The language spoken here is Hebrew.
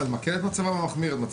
זה מקל את מצבם או מחמיר את מצבם?